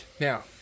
Now